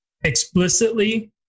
explicitly